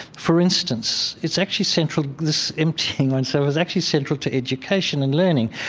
for instance, it's actually central this emptying oneself it's actually central to education and learning,